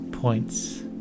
Points